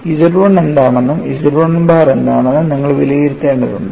Z 1 എന്താണെന്നും Z 1 bar എന്താണെന്നും നിങ്ങൾ വിലയിരുത്തേണ്ടതുണ്ട്